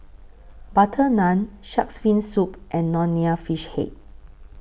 Butter Naan Shark's Fin Soup and Nonya Fish Head